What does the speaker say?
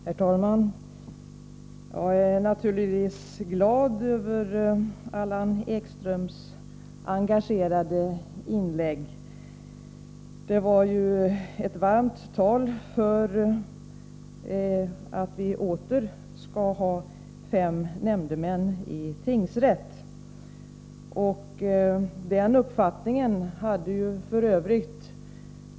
Herr talman! Jag är naturligtvis glad över Allan Ekströms engagerade inlägg. Det var ju ett varmt tal för att vi åter skall ha fem nämndemän i tingsrätt. Den uppfattningen hade ju f.ö.